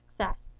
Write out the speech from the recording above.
success